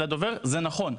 זה נכון.